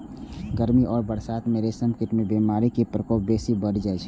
गर्मी आ बरसात मे रेशम कीट मे बीमारी के प्रकोप बेसी बढ़ि जाइ छै